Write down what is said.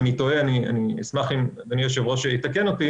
ואם אני טועה אשמח שאדוני היושב-ראש יתקן אותי